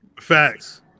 Facts